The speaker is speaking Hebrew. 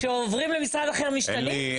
כשעוברים למשרד אחר משתנים?